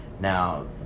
now